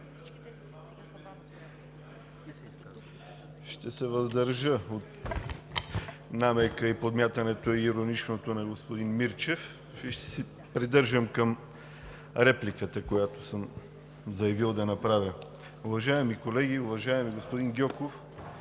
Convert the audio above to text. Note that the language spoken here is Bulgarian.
Ще се въздържа да отговоря на намека и ироничното подмятане на господин Мирчев и ще се придържам към репликата, която съм заявил да направя. Уважаеми колеги! Уважаеми господин Гьоков,